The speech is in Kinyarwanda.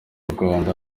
rwanda